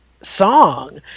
song